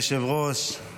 (מענה מנומק על אי-אישור קבלת שירות בריאות מקופת חולים),